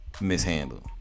Mishandled